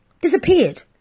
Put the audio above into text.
disappeared